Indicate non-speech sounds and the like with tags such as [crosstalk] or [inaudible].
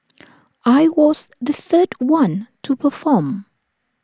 [noise] I was the third one to perform